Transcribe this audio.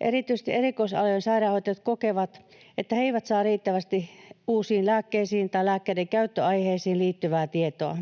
Erityisesti erikoisalojen sairaanhoitajat kokevat, että he eivät saa riittävästi uusiin lääkkeisiin tai lääkkeiden käyttöaiheisiin liittyvää tietoa.